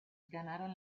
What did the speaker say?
ganaron